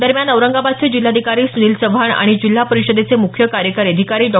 दरम्यान औरंगाबादचे जिल्हाधिकारी सुनील चव्हाण आणि जिल्हा परिषदेचे मुख्य कार्यकारी अधिकारी डॉ